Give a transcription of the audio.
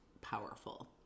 powerful